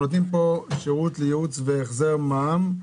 נותנים פה שירות לייעוץ והחזר מע"מ.